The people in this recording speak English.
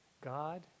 God